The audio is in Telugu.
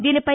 దీనిపై